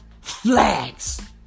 Flags